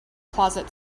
closet